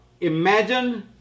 Imagine